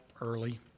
early